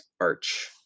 arch